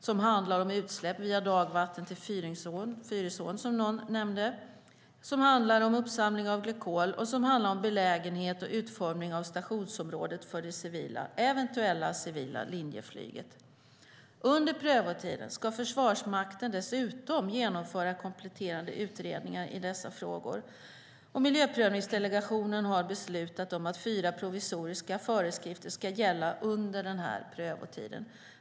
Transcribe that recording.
Det handlar om utsläpp via dagvatten till Fyrisån, som någon nämnde, och om uppsamling av glykol. Det handlar också om utformningen av stationsområdet för det eventuella civila linjeflyget och dess belägenhet. Under prövotiden ska Försvarsmakten dessutom genomföra kompletterande utredningar i dessa frågor. Miljöprövningsdelegationen har beslutat att fyra provisoriska föreskrifter ska gälla under prövotiden.